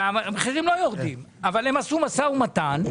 המחירים לא יורדים אבל הם עשו משא ומתן.